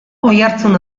oihartzun